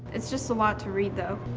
it's just a lot to read though.